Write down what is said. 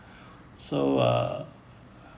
so uh